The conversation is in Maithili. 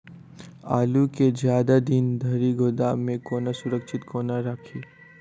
आलु केँ जियादा दिन धरि गोदाम मे कोना सुरक्षित कोना राखि?